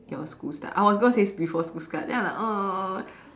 your school start I was going to say before school start then I was like uh